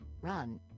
Run